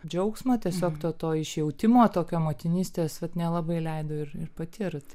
džiaugsmo tiesiog to to išjautimo tokio motinystės vat nelabai leido ir ir patirti